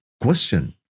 question